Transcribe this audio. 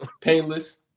painless